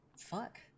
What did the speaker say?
fuck